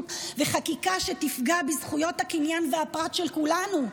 וחקיקה שתפגע בזכויות הקניין והפרט של כולנו,